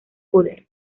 poder